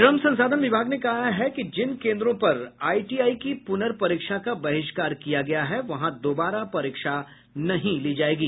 श्रम संसाधन विभाग ने कहा है कि जिन केन्द्रों पर आईटीआई की पुनर्परीक्षा का बहिष्कार किया गया है वहां दोबारा परीक्षा नहीं ली जायेगी